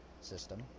system